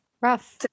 rough